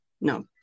no